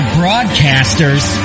broadcasters